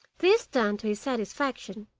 this done to his satisfaction,